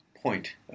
point